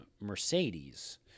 Mercedes